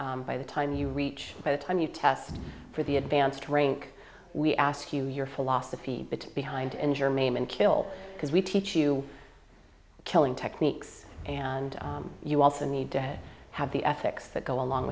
by the time you reach by the time you test for the advanced rank we ask you your philosophy behind injure maimane kill because we teach you killing techniques and you also need to have the ethics that go along